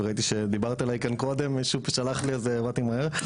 היא וראיתי שדיברת עליי כאן קודם מישהו שלח לי אז באתי מהר.